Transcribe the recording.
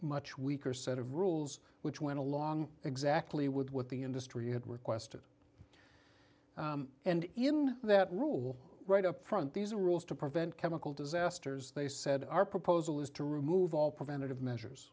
much weaker set of rules which went along exactly with what the industry had requested and in that rule right up front these rules to prevent chemical disasters they said our proposal is to remove all preventative